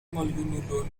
maljunulo